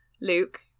Luke